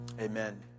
Amen